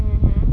mmhmm